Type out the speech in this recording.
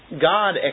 God